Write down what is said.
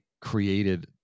created